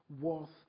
worth